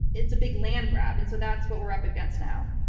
it's a big land grab, and so that's what we're up against now.